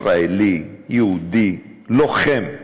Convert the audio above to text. ישראלי, יהודי, לוחם.